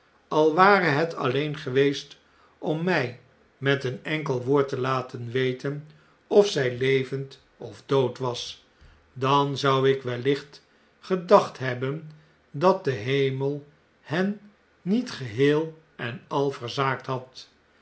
al ware het alleen geweest om mjj met een enkel woord te laten weten of zglevend of dood was dan zou ik wellicht gedacht hebben dat de hemel hen niet geheel en al verzaakt had